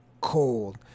cold